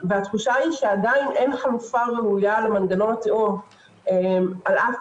את ההתחייבות הכספית לישראל אבל זה לא קרה בהפסקה אלא הם